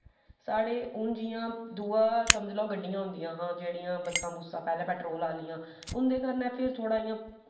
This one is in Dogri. साढ़े हून जि'यां दुआ समझी लैओ गड्डियां होंदियां हां जेह्ड़ियां बस्सां बुस्सां पैट्रोल आह्लियां उं'दे कन्नै फिर इ'यां